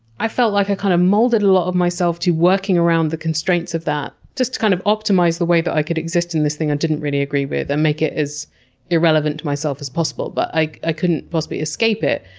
i felt like i kind of molded a lot of myself to working around the constraints of that just to, kind of, optimize the way that i could exist in this thing i didn't really agree with, and make it as irrelevant to myself as possible. but like i couldn't possibly escape it.